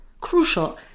crucial